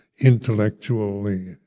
intellectually